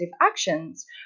actions